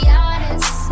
honest